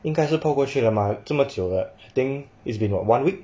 应该是抛过去了 mah 这么久了 I think it's been one week